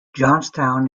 johnstown